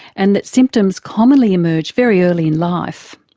and that symptoms commonly emerge very early in life.